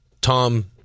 Tom